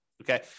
Okay